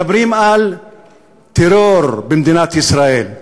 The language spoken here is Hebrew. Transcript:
מדברים על טרור במדינת ישראל,